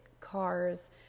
cars